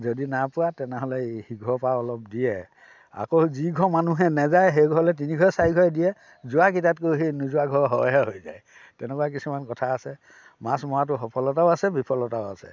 যদি নাই পোৱা তেনেহ'লে সিঘৰৰ পৰা অলপ দিয়ে আকৌ যিঘৰ মানুহে নেযায় সেই ঘৰলৈ তিনিঘৰ চাৰিঘৰে দিয়ে যোৱাকেইটাতকৈ সেই নোযোৱা ঘৰৰ সৰহে হৈ যায় তেনেকুৱা কিছুমান কথা আছে মাছ মৰাটো সফলতাও আছে বিফলতাও আছে